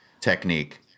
technique